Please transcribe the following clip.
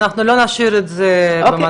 אנחנו לא נשאיר את זה במצב הזה.